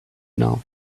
now